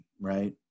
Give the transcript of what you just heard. right